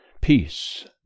Peace